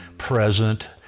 present